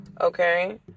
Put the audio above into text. Okay